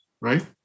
right